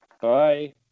Bye